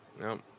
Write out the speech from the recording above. no